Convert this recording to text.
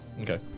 Okay